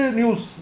news